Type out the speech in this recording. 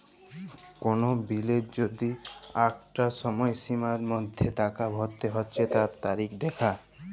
কোল বিলের যদি আঁকটা সময়সীমার মধ্যে টাকা ভরতে হচ্যে তার তারিখ দ্যাখা